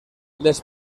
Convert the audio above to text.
les